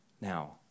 Now